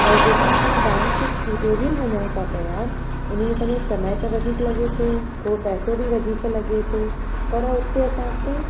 और जेका असां डांस ट्यूटोरियल विझूं था पिया उन में असांजो समय त वधीक लॻे थो थोरो पैसो बि वधीक लॻे थो पर उते असांखे